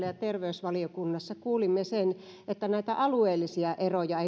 ja terveysvaliokunnassa kuulimme sen että näitä alueellisia eroja ei niinkään ollut